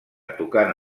tocant